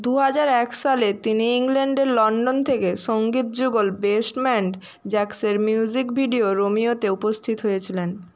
দু হাজার এক সালে তিনি ইংল্যান্ডের লন্ডন থেকে সঙ্গীত যুগল বেসমেন্ট জ্যাক্সের মিউজিক ভিডিও রোমিওতে উপস্থিত হয়েছিলেন